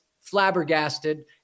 flabbergasted